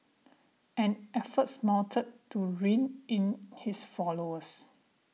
and efforts mounted to rein in his followers